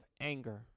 anger